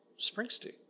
Springsteen